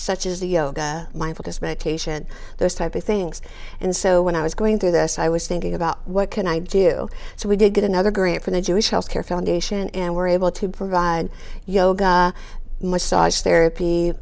such as a yoga mindfulness meditation those type of things and so when i was going through this i was thinking about what can i do so we did get another great from the jewish health care foundation and we're able to provide yoga much size therapy